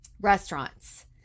restaurants